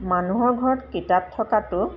মানুহৰ ঘৰত কিতাপ থকাটো